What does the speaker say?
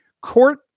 court